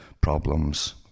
problems